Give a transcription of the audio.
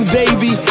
baby